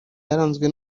yaranzwe